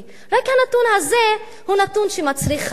רק הנתון הזה הוא נתון שמצריך חקירה,